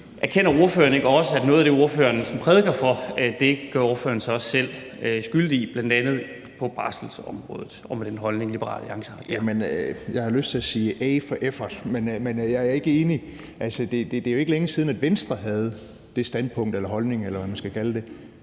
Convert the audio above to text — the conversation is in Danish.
Erkender ordføreren ikke også, at noget af det, ordføreren sådan prædiker, gør ordføreren sig også selv skyldig i, bl.a. på barselsområdet, i forhold til den holdning, Liberal Alliance har der? Kl. 17:46 Alex Vanopslagh (LA): Jamen jeg har lyst til at sige: A for effort . Men jeg er ikke enig. Altså, det er jo ikke længe siden, at Venstre havde det standpunkt eller den holdning, eller hvad man skal kalde det,